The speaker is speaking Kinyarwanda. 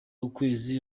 ukwezi